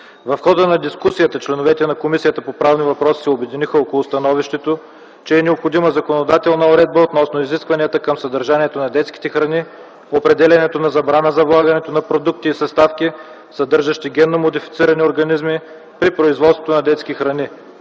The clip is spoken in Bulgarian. В хода на дискусията, членовете на Комисия по правни въпроси се обединиха около становището, че е необходима законодателна уредба относно изискванията към съдържанието на детските храни, определянето на забрана за влагането на продукти и съставки, съдържащи генно модифицирани организми при производството на детски храни,